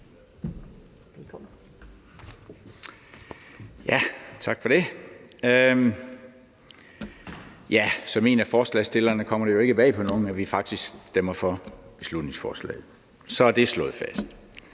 Tak for det. Som en af forslagsstillerne kommer det jo ikke bag på nogen, at vi faktisk stemmer for beslutningsforslaget. Så er det slået fast.